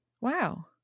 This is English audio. Wow